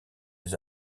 les